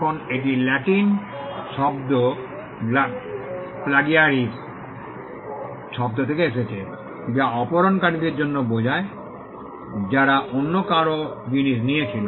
এখন এটি ল্যাটিন শব্দ প্লাগিয়ারিজ শব্দ থেকে এসেছে যা অপহরণকারীদের জন্য বোঝায় যারা অন্য কারও জিনিস নিয়েছিল